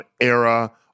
era